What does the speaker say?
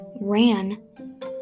ran